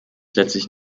letztlich